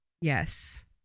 Yes